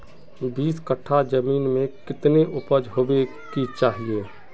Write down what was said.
बीस कट्ठा जमीन में कितने उपज होबे के चाहिए?